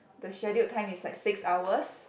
the scheduled time is like six hours